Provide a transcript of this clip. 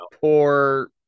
Poor